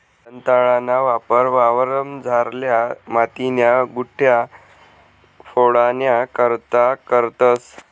दंताळाना वापर वावरमझारल्या मातीन्या गुठया फोडाना करता करतंस